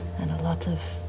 and a lot of.